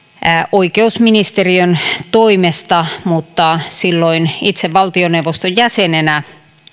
oikeusministeriön toimesta mutta silloin itse valtioneuvoston jäsenenä